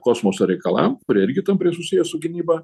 kosmoso reikalam kurie irgi tampriai susiję su gynyba